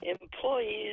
employees